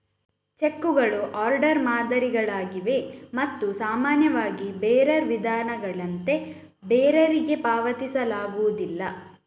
ಚೆಕ್ಕುಗಳು ಆರ್ಡರ್ ಮಾದರಿಗಳಾಗಿವೆ ಮತ್ತು ಸಾಮಾನ್ಯವಾಗಿ ಬೇರರ್ ವಿಧಾನಗಳಂತೆ ಬೇರರಿಗೆ ಪಾವತಿಸಲಾಗುವುದಿಲ್ಲ